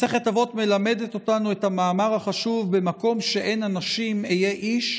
מסכת אבות מלמדת אותנו את המאמר החשוב: במקום שאין אנשים היה איש,